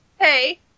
Hey